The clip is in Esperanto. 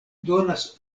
donas